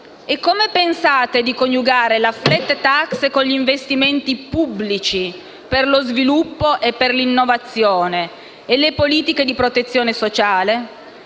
E come pensate di coniugare la cosiddetta *flat tax* con gli investimenti pubblici per lo sviluppo e per l'innovazione e le politiche di protezione sociale?